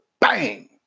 bang